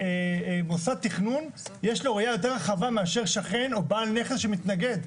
מוסד תכנון יש לו ראייה יותר רחבה מאשר שכן או בעל נכס שמתנגד.